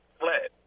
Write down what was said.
flat